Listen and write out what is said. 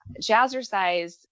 jazzercise